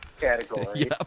category